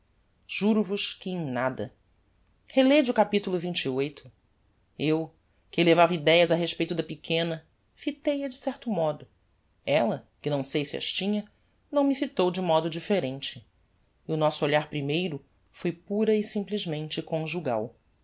juro vos que em nada relêde o cap xxviii eu que levava idéas a respeito da pequena fitei a de certo modo ella que não sei se as tinha não me fitou de modo differente e o nosso olhar primeiro foi pura e simplesmente conjugal